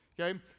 okay